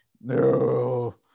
no